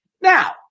Now